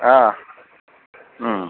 ಹಾಂ ಹ್ಞೂ